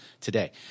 today